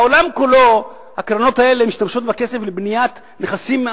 בעולם כולו הקרנות האלה משתמשות בכסף לבניית נכסים,